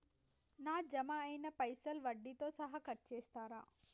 నా జమ అయినా పైసల్ వడ్డీతో సహా కట్ చేస్తరా?